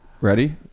Ready